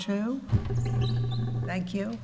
two thank you